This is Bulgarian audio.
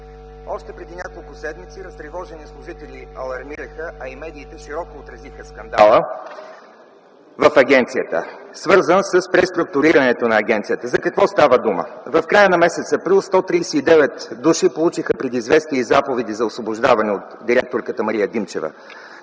Още преди няколко седмица разтревожени служители алармираха, а и медиите широко отразиха скандала в агенцията, свързан с преструктурирането й. За какво става дума? В края на м. април 2010 г. 139 души получиха предизвестия и заповеди за освобождаване от директорката Мария Димчева.